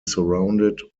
surrounded